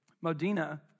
Modena